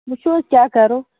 وُچھو حظ کیٛاہ کَرو